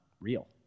real